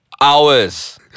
Hours